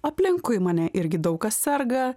aplinkui mane irgi daug kas serga